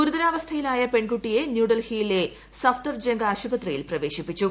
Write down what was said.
ഗുരുതരാവസ്ഥയിലായ പെൺകുട്ടിയെ ന്യൂഡൽഹിയിലെ സഫ്ദർ ജംഗ് ആശുപത്രിയിൽ പ്രവേശിപ്പിച്ചു